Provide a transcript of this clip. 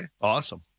awesome